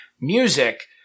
music